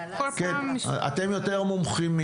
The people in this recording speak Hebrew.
אתם יותר מומחים,